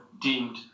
deemed